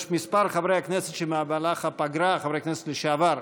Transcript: יש כמה חברי כנסת, חברי כנסת לשעבר,